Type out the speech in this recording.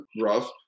rough